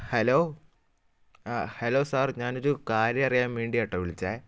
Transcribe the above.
hello ആ hello sir ഞാൻ ഒരു കാര്യം അറിയാൻ വേണ്ടിയാട്ടോ വിളിച്ചത്